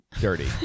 dirty